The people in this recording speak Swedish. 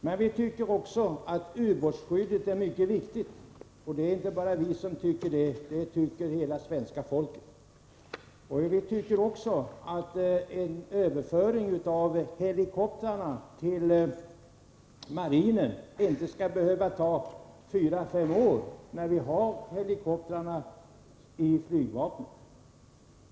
Men vi tycker att ubåtsskyddet är mycket viktigt, och det är inte bara vi som tycker det, utan det gör hela svenska folket. Vi tycker också att en överföring av helikoptrarna till marinen inte skall behöva ta 4-5 år när vi har helikoptrarna i flygvapnet.